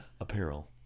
Apparel